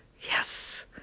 Yes